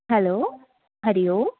hello Hari Om